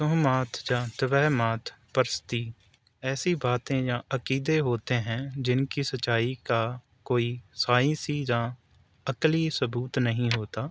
توہمات یا توہمات پرستی ایسی باتیں یا عقیدے ہوتے ہیں جن کی سچائی کا کوئی سائنسی یا عقلی ثبوت نہیں ہوتا